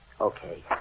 Okay